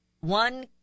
One